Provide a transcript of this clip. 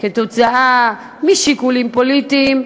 משיקולים פוליטיים,